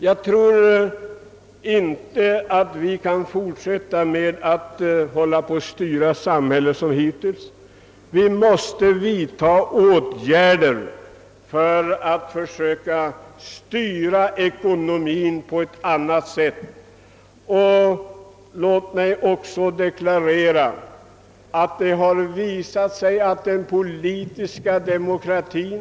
Jag tror inte att vi kan fortsätta som hittills, utan vi måste försöka finna metoder att styra ekonomien på ett helt annat sätt än vi nu kan göra. Det är inte nog med politisk demokrati.